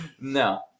No